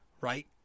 Right